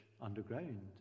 underground